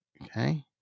Okay